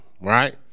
right